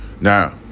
Now